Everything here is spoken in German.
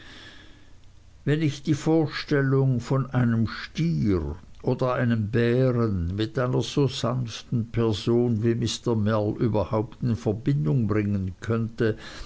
wenn ich die vorstellung von einem stier oder einem bären mit einer so sanften person wie mr mell überhaupt in verbindung bringen könnte